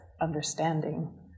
understanding